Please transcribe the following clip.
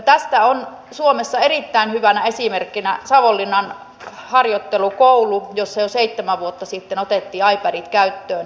tästä on suomessa erittäin hyvänä esimerkkinä savonlinnan harjoittelukoulu jossa jo seitsemän vuotta sitten otettiin ipadit käyttöön